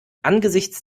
angesichts